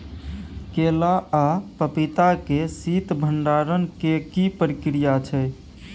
केला आ पपीता के शीत भंडारण के की प्रक्रिया छै?